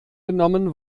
genommen